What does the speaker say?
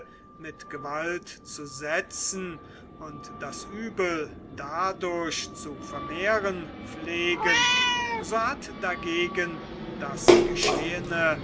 mit gewalt zu setzen und das übel dadurch zu vermehren pflegen so hat dagegen das geschehene